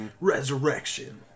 Resurrection